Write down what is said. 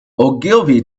ogilvy